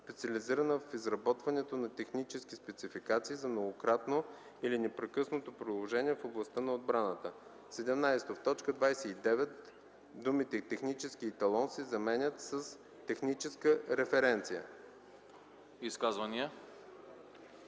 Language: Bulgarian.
специализирана в изработването на технически спецификации за многократно или непрекъснато приложение в областта на отбраната.” 17. В т. 29 думите „Технически еталон” се заменят с “Техническа референция”.